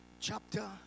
chapter